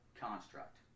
construct